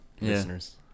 listeners